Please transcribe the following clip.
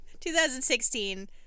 2016